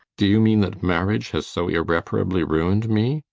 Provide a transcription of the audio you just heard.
do you mean that marriage has so irreparably ruined me?